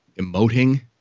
emoting